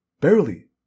barely